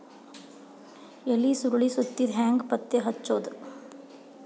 ಎಲಿ ಸುರಳಿ ಸುತ್ತಿದ್ ಹೆಂಗ್ ಪತ್ತೆ ಹಚ್ಚದ?